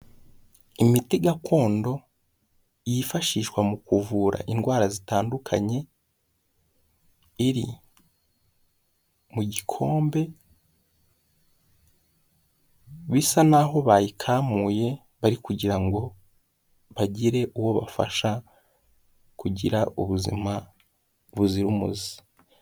Imiti gakondo yifashishwa mu kuvura indwara zitandukanye iri mu gikombe bisa naho bayikamuye bari kugira ngo bagire uwo bafasha kugira ubuzima buzira umuze.